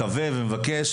מקווה ומבקש,